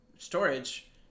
storage